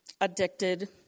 addicted